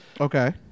Okay